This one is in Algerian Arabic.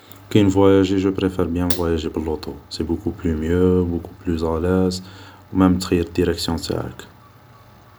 ي نفواياجي جو بريفار بيان نفواياجي ب اللوطو سي بوكو بلو ميو و بوكو بلو الاز مام تخير ديركسيون تاعك